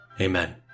Amen